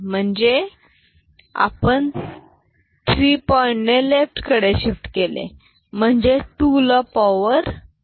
म्हणजे आपण 3 पॉईंट ने लेफ्ट कडे शिफ्ट केले म्हणजे 2 ला पॉवर 3